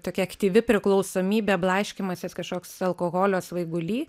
tokia aktyvi priklausomybė blaškymasis kažkoks alkoholio svaiguly